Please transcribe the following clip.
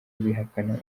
bihakana